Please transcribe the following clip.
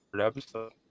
episode